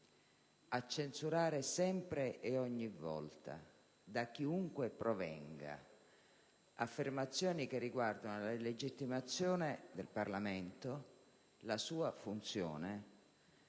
a censurare sempre e ogni volta, da chiunque provengano, affermazioni che riguardano la legittimazione del Parlamento e la sua funzione,